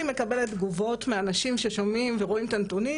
מקבלת תגובות מאנשים ששומעים ורואים את הנתונים,